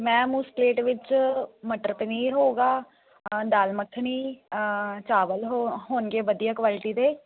ma'am ਉਸ plate ਵਿੱਚ ਮਟਰ ਪਨੀਰ ਹੋਵੇਗਾ ਦਾਲ ਮੱਖਣੀ ਚਾਵਲ ਹੋ ਹੋਣਗੇ ਵਧੀਆ ਕੁਆਲਿਟੀ ਦੇ